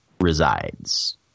resides